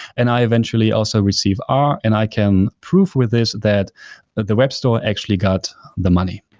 and i eventually also receive r and i can prove with this that the web store actually got the money.